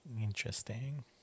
interesting